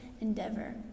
endeavor